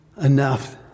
enough